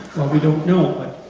well we don't know but,